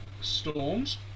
storms